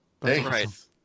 thanks